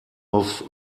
auf